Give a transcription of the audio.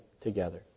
together